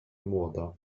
młoda